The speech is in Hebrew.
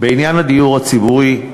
בעניין הדיור הציבורי,